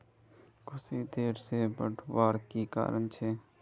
कुशी देर से बढ़वार की कारण छे?